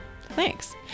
Thanks